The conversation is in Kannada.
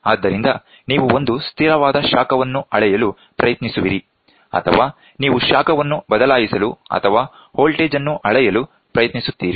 ಆದ್ದರಿಂದ ನೀವು ಒಂದು ಸ್ಥಿರ ವಾದ ಶಾಖವನ್ನು ಅಳೆಯಲು ಪ್ರಯತ್ನಿಸುವಿರಿ ಅಥವಾ ನೀವು ಶಾಖವನ್ನು ಬದಲಾಯಿಸಲು ಅಥವಾ ವೋಲ್ಟೇಜ್ ಅನ್ನು ಅಳೆಯಲು ಪ್ರಯತ್ನಿಸುತ್ತೀರಿ